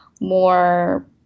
more